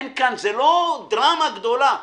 זו לא דרמה גדולה.